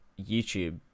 youtube